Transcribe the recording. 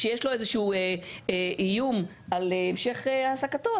כשיש לו איזה שהוא איום על המשך העסקתו,